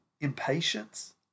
impatience